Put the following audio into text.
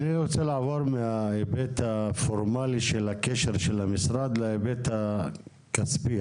אני רוצה לעבור מההיבט הפורמלי של הקשר של המשרד להיבט הכספי,